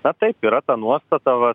na taip yra ta nuostata vat